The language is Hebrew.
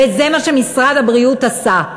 וזה מה שמשרד הבריאות עשה.